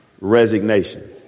resignation